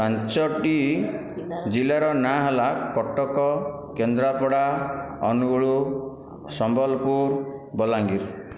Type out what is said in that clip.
ପାଞ୍ଚୋଟି ଜିଲ୍ଲାର ନାଁ ହେଲା କଟକ କେନ୍ଦ୍ରାପଡ଼ା ଅନୁଗୁଳ ସମ୍ବଲପୁର ବଲାଙ୍ଗୀର